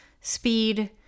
speed